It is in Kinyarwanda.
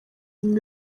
ibintu